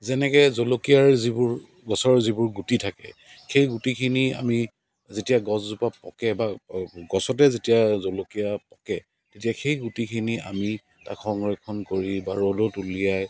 যেনেকৈ জলকীয়াৰ যিবোৰ গছৰ যিবোৰ গুটি থাকে সেই গুটিখিনি আমি যেতিয়া গছজোপা পকে বা গছতে যেতিয়া জলকীয়া পকে তেতিয়া সেই গুটিখিনি আমি তাক সংৰক্ষণ কৰি বা ৰ'দত উলিয়াই